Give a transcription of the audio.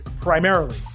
primarily